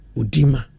udima